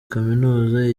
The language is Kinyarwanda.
kaminuza